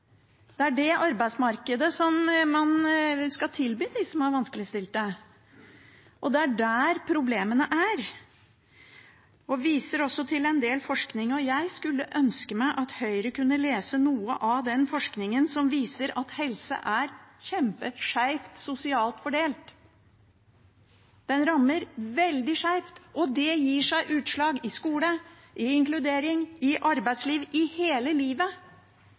det er det arbeidsmarkedet som man skal tilby de vanskeligstilte, og det er der problemene er. Man viser også til en del forskning. Jeg skulle ønske at Høyre kunne lese noe av den forskningen som viser at helse er kjempeskjevt sosialt fordelt. Den rammer veldig skjevt, og det gir seg utslag i skole, i inkludering, i arbeidsliv – i hele livet.